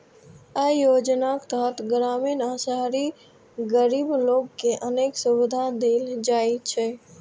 अय योजनाक तहत ग्रामीण आ शहरी गरीब लोक कें अनेक सुविधा देल जाइ छै